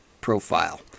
profile